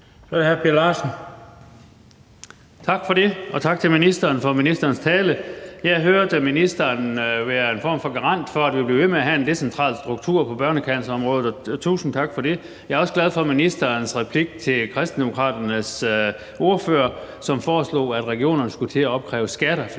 Tak for det. Og tak til ministeren for ministerens tale. Jeg hørte ministeren være en form for garant for, at vi vil blive ved med at have en decentral struktur på børnecancerområdet – og tusind tak for det. Jeg er også glad for ministerens replik til Kristendemokraternes ordfører, som foreslog, at regionerne skulle til at opkræve skatter,